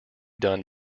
done